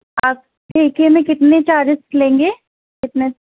آپ ٹھیکے میں کتنے چارجز لیں گے کتنے